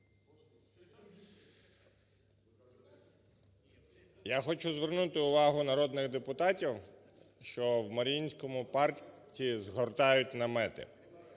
Я хочу звернути увагу народних депутатів, що в Маріїнському парку згортають намети.